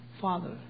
father